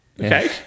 Okay